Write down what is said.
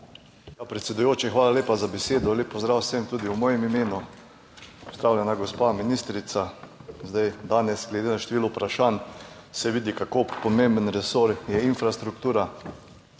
Predsedujoči, hvala lepa za besedo. Lep pozdrav vsem tudi v mojem imenu, pozdravljena gospa ministrica! Danes se glede na število vprašanj vidi, kako pomemben resor je infrastruktura